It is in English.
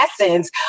essence